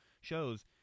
shows